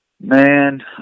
man